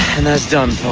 and that's done